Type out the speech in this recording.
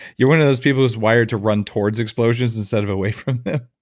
you're one of those people who's wired to run towards explosions instead of away from them.